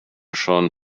schon